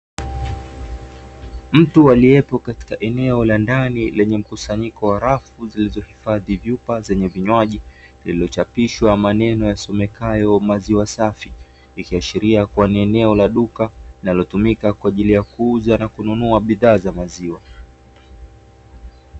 Mtu aliyepo katika eneo la ndani lenye mkusanyiko wa rafu zilizohifadhi vyupa zenye vinywaji, lililochapishwa maneno yasomekayo "maziwa safi", ikiashiria kuwa ni eneo la duka linalotumika kwa ajili ya kuuza na kununua bidhaa za maziwa.